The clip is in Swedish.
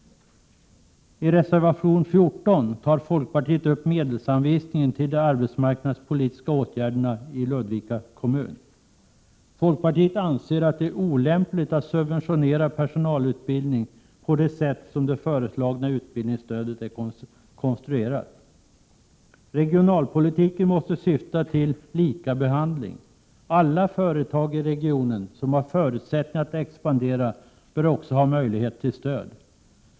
I reservation 14 tar folkpartiet upp medelsanvisningen till de arbetsmarknadspolitiska åtgärderna i Ludvika kommun. Folkpartiet anser att det är olämpligt att subventionera personalutbildning enligt den konstruktion som det föreslagna utbildningsstödet innebär. Regionalpolitiken måste syfta till lika behandling. Alla företag i regionen som har förutsättningar att expandera bör också ha möjligheter till stöd.